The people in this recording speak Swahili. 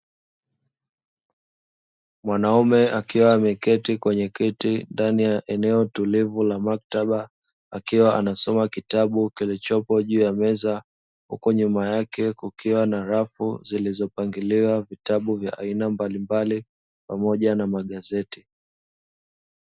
Mwanaume akiwa ameketi kwenye kiti, ndani ya eneo tulivu la maktaba akiwa anasoma kitabu kilichopo juu ya meza, huku nyuma yake kukiwa na rafu zilizopangiliwa vitabu vya aina mbalimbali pamoja na magazeti.